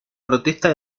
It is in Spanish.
protesta